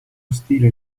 stile